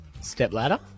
Stepladder